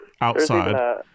outside